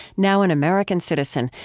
now an american citizen,